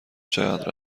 چقدر